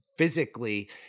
Physically